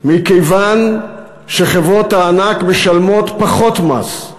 מכיוון שחברות הענק משלמות פחות מס,